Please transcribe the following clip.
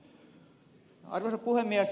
arvoisa puhemies